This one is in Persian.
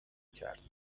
کرد